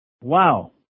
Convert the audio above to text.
Wow